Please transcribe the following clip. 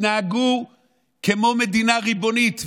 תתנהגו כמו מדינה ריבונית ונורמלית,